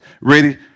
Ready